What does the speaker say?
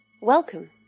Welcome